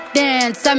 dance